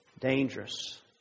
dangerous